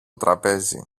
τραπέζι